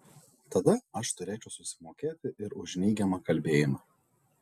tada aš turėčiau susimokėti ir už neigiamą kalbėjimą